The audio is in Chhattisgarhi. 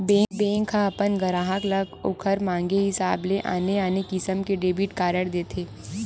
बेंक ह अपन गराहक ल ओखर मांगे हिसाब ले आने आने किसम के डेबिट कारड देथे